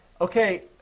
Okay